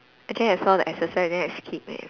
actually I saw the exercise then I skip leh